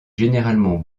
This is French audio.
généralement